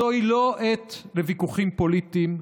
זוהי לא עת לוויכוחים פוליטיים,